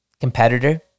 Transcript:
competitor